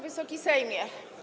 Wysoki Sejmie!